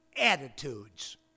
attitudes